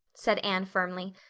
said anne firmly.